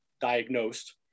diagnosed